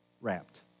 wrapped